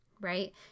right